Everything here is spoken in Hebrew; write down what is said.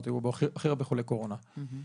היו בו הכי הרבה חולי קורונה בישראל.